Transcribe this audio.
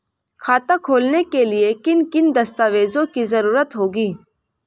खाता खोलने के लिए किन किन दस्तावेजों की जरूरत होगी?